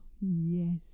yes